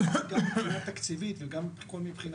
אז גם מבחינה תקציבית וגם מכל מבחינה